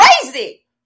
crazy